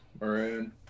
Maroon